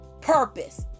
purpose